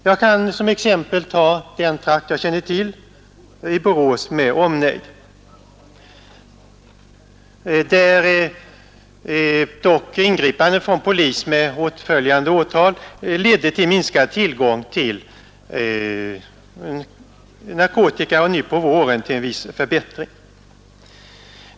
Jag kan som exempel ta den trakt jag bäst känner till, nämligen Borås med omnejd, där dock polisingripanden med åtföljande åtal ledde till minskad tillgång till narkotika och nu på våren till en viss förbättring.